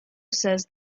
says